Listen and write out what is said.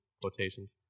quotations